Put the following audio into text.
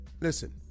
listen